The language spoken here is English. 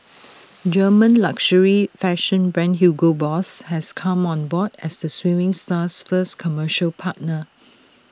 German luxury fashion brand Hugo boss has come on board as the swimming star's first commercial partner